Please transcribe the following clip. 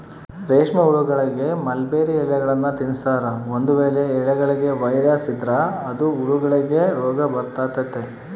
ರೇಷ್ಮೆಹುಳಗಳಿಗೆ ಮಲ್ಬೆರ್ರಿ ಎಲೆಗಳ್ನ ತಿನ್ಸ್ತಾರೆ, ಒಂದು ವೇಳೆ ಎಲೆಗಳ ವೈರಸ್ ಇದ್ರ ಅದು ಹುಳಗಳಿಗೆ ರೋಗಬರತತೆ